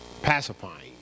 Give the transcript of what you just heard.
pacifying